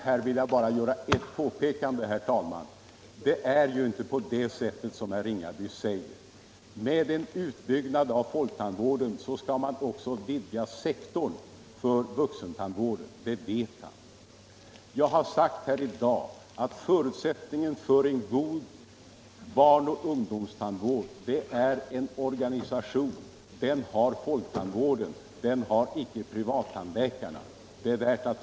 Herr talman! Jag har sagt att jag inte skall förlänga debatten men vill ändå göra ett påpekande. Det är ju inte på det sättet som herr Ringaby säger. Vid en utbyggnad av folktandvården skall man också vidga sektorn för vuxentandvården, det vet han. Jag har sagt här i dag att förutsättningen för en god barnoch ungdomstandvård är en väl utbyggd organisation. Den har folktandvården, men den har icke privattandläkarna. den det ej vill röstar nej.